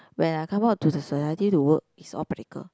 when I come out to the society to work it's all practical